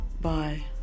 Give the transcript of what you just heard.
Bye